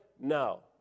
No